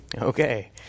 Okay